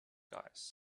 guys